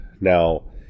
now